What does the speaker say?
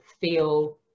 feel